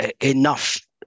enough